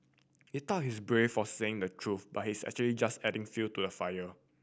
he thought he's brave for saying the truth but he's actually just adding fuel to the fire